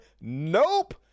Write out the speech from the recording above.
Nope